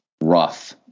rough